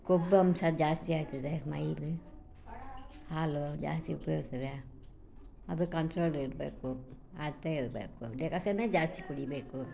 ಕೊಬ್ಬು ಅಂಶ ಜಾಸ್ತಿ ಆಗ್ತದೆ ಮೈಯ್ಯಲ್ಲಿ ಹಾಲು ಜಾಸ್ತಿ ಉಪಯೋಗಿಸ್ರೇ ಅದು ಕಂಟ್ರೋಲಿರಬೇಕು ಅಳತೆ ಇರಬೇಕು ಡಿಕಾಸನ್ನೇ ಜಾಸ್ತಿ ಕುಡಿಬೇಕು